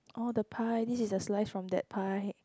oh the pie this is the slice from that pie